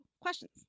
questions